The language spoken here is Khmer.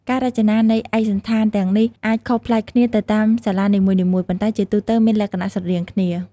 ការរចនានៃឯកសណ្ឋានទាំងនេះអាចខុសប្លែកគ្នាទៅតាមសាលានីមួយៗ ប៉ុន្តែជាទូទៅមានលក្ខណៈស្រដៀងគ្នា។